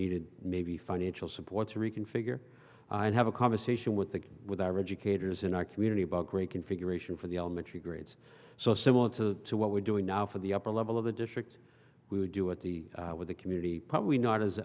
needed maybe financial support to reconfigure and have a conversation with the with our educators in our community about great configuration for the elementary grades so similar to what we're doing now for the upper level of the district we would do at the with the community probably not as